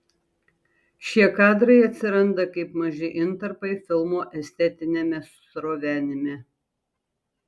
šie kadrai atsiranda kaip maži intarpai filmo estetiniame srovenime